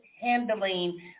handling